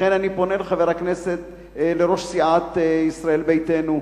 לכן אני פונה לראש סיעת ישראל ביתנו: